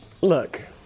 Look